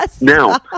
Now